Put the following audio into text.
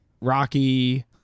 Rocky